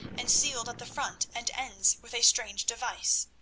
and sealed at the front and ends with a strange device.